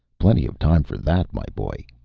plenty of time for that, my boy,